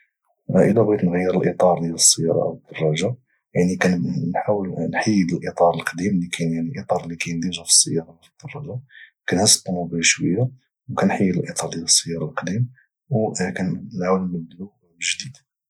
الا بغيت نغير الاطار ديال السياره اولا ديال الدراجه يعني كانحاول محيد الاطار القديم يعني اللي كاين في السياره ولا الدراجه كنهز الطوموبيل شويه وكانحيد الاطار ديال السياره القديم وكان نعاود نبدله بالجديد